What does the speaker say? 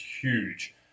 huge